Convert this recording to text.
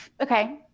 okay